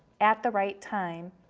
at the right time.